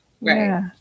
right